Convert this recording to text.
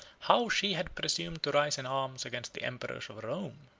how she had presumed to rise in arms against the emperors of rome!